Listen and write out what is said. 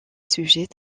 sujet